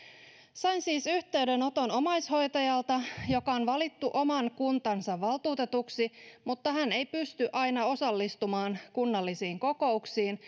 sain siis yhteydenoton omaishoitajalta joka on valittu oman kuntansa valtuutetuksi mutta hän ei pysty aina osallistumaan kunnallisiin kokouksiin